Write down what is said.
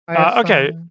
Okay